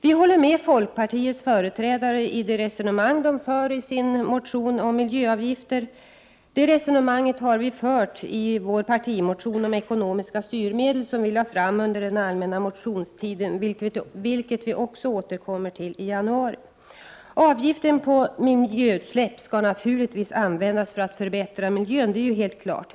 Vi håller med folkpartiets företrädare i det resonemang de för i sin motion om miljöavgifter. Det resonemanget har vi fört i vår partimotion om ekonomiska styrmedel, som vi lade fram under den allmänna motionstiden, och det återkommer vi också till i januari. Avgiften på miljöutsläpp skall naturligtvis användas för att förbättra miljön, det är helt klart.